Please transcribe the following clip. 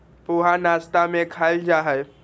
पोहा नाश्ता में खायल जाहई